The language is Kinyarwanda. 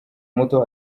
muto